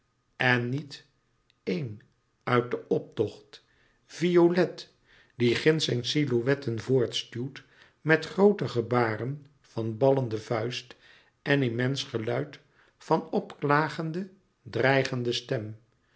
en niet een uit den optocht violet die ginds zijn silhouetten voortstuwt met groote gebaren van ballende vuist en immens geluid van opklagende dreigende stem